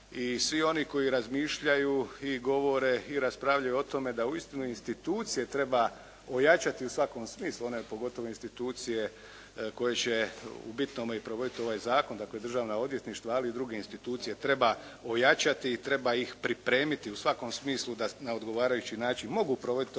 i svi oni koji razmišljaju i govore i raspravljaju o tome da uistinu institucije treba ojačati u svakom smislu, one pogotovo institucije koje će u bitnome i provoditi ovaj zakon, dakle državna odvjetništva, ali i druge institucije treba ojačati i treba ih pripremiti u svakom smislu da na odgovarajući način mogu provoditi odredbe